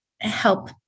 help